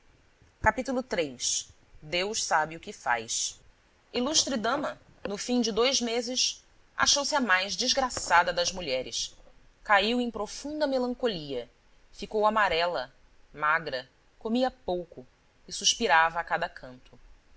o que faz ilustre dama no fim de dois meses achou-se a mais desgraçada das mulheres caiu em profunda melancolia ficou amarela magra comia pouco e suspirava a cada canto